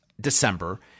December